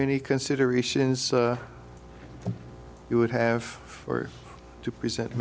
any considerations you would have to present